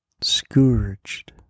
scourged